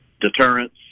deterrence